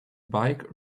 bike